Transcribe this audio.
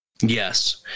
Yes